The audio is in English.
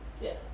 Yes